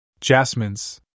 Jasmines